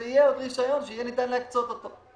ויהיה ניתן להקצות עוד רישיון.